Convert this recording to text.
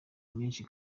menshi